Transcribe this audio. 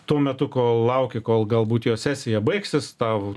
tuo metu kol lauki kol galbūt jo sesija baigsis tau